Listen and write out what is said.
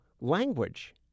language